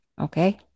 Okay